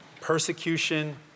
persecution